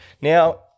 Now